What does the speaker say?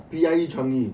P_I_E changi